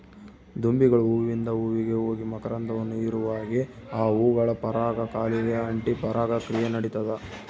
ದುಂಬಿಗಳು ಹೂವಿಂದ ಹೂವಿಗೆ ಹೋಗಿ ಮಕರಂದವನ್ನು ಹೀರುವಾಗೆ ಆ ಹೂಗಳ ಪರಾಗ ಕಾಲಿಗೆ ಅಂಟಿ ಪರಾಗ ಕ್ರಿಯೆ ನಡಿತದ